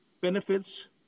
benefits